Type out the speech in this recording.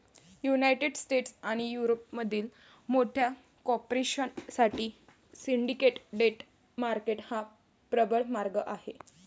United States आणि युरोपमधील मोठ्या कॉर्पोरेशन साठी सिंडिकेट डेट मार्केट हा प्रबळ मार्ग आहे